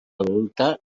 adulta